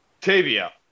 Tavia